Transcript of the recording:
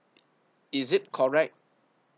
is it correct